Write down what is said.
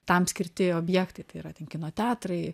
tam skirti objektai tai yra ten kino teatrai